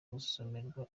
gusomerwa